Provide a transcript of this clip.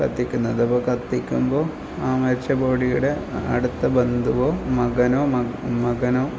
കത്തിക്കുന്നത് അപ്പം കത്തിക്കുമ്പോൾ ആ മരിച്ച ബോഡീടെ അടുത്ത ബന്ധുവോ മകനോ മക മകനോ